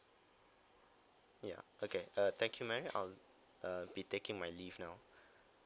ya okay uh thank you madam I'll uh be taking my leave now